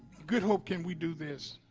good hope can we do this?